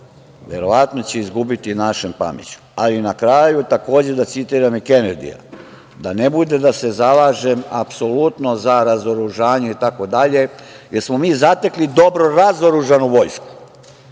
verovatno će izgubiti našom pameću. Ali, na kraju, da citiram i Kenedija, da ne bude da se zalažem apsolutno za razoružanje, jer smo mi zatekli dobro razoružanu vojsku.